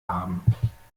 haben